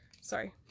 Sorry